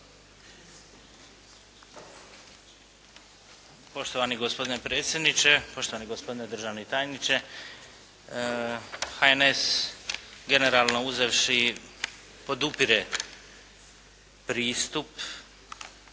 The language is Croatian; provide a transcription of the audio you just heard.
Poštovani gospodine predsjedniče, poštovani gospodine državni tajniče! HNS generalno uzevši podupire pristup